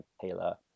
taylor